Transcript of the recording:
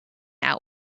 out